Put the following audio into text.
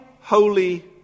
Holy